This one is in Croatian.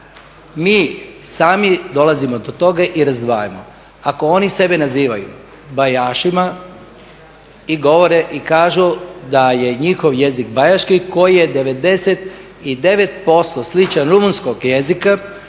Mi sami dolazimo do toga i razdvajamo. Ako oni sebe nazivaju bajašima i kažu da je njihov jezik bajaški, koji je 99% sličan rumunjskom jeziku